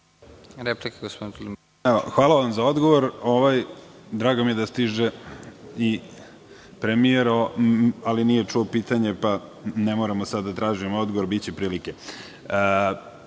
Hvala vam za odgovor. Drago mi je da stiže i premijer, ali nije čuo pitanje, pa ne moram sada da tražim odgovor. Biće prilike. Ovo